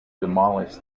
demolish